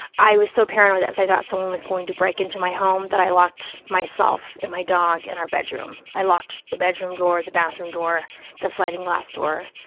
i was so paranoid that i thought someone was going to break into my home that i locked myself and my dog in our bedroom, i locked the bedroom door, the bathroom door the sliding-glass door,